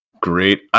great